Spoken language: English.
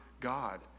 God